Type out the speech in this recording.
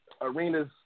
arenas